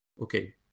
Okay